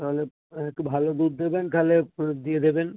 তাহলে তাহলে একটু ভালো দুধ দেবেন তাহলে দিয়ে দেবেন